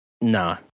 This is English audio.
Nah